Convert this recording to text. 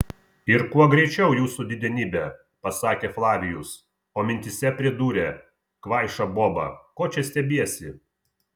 ir kuo greičiau jūsų didenybe pasakė flavijus o mintyse pridūrė kvaiša boba ko čia stebiesi